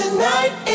Tonight